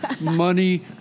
money